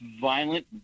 violent